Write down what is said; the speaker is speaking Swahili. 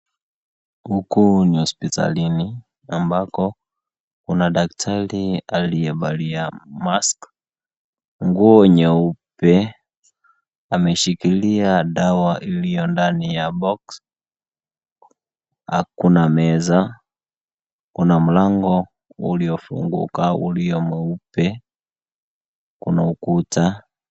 Huku ni hospitalini, ambako kuna daktari aliyevalia mask , nguo nyeupe, ameshikilia dawa iliyo ndani ya box , akuna meza, kuna mlango uliofunguka ulio mweupe, kuna ukuta.